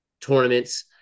tournaments